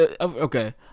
okay